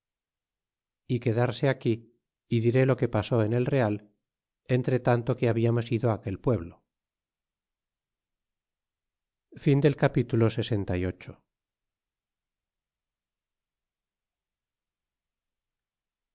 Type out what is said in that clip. é quedarse aquí y diré lo que pasó en el real entretanto que habiamos ido aquel pueblo capitulo